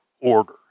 order